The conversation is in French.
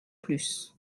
plus